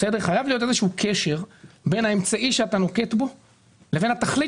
חייב להיות איזשהו קשר בין האמצעי שאתה נוקט בו לבין התכלית